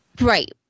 Right